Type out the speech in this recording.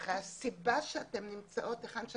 ואז הוסבר לנו שאנחנו תבענו את המלון ובעצם המלון לא אשם